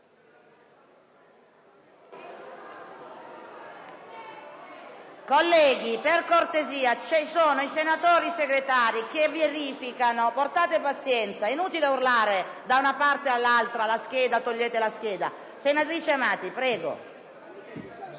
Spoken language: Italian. Colleghi, per cortesia, ci sono i senatori Segretari che verificano. Portate pazienza, è inutile urlare da una parte all'altra: "La scheda! Togliete la scheda". Senatrice Amati, prego;